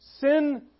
Sin